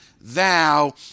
thou